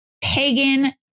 pagan